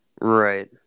Right